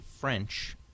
French